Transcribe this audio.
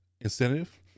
incentive